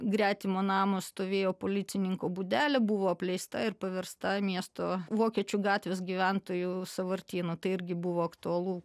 gretimo namo stovėjo policininko būdelė buvo apleista ir paversta miesto vokiečių gatvės gyventojų sąvartynu tai irgi buvo aktualu